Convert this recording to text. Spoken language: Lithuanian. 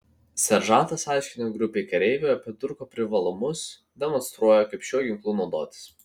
seržantas aiškina grupei kareivių apie durklo privalumus demonstruoja kaip šiuo ginklu naudotis